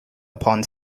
upon